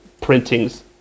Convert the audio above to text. printings